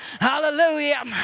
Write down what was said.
hallelujah